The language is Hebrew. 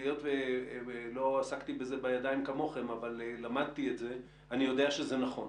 לא עסקתי בידיים כמוכם אבל למדתי את זה ואני יודע שזה נכון